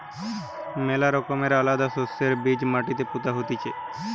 ম্যালা রকমের আলাদা শস্যের বীজ মাটিতে পুতা হতিছে